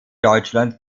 deutschland